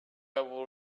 able